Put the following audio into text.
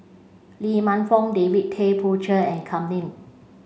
Lee Man Fong David Tay Poey Cher and Kam Ning